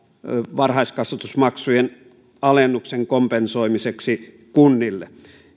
varhaiskasvatusmaksujen alennuksen kompensoimiseksi kunnille